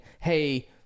Hey